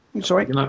Sorry